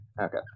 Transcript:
Okay